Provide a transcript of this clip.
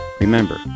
Remember